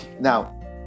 now